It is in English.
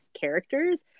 characters